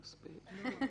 מספיק.